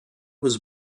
was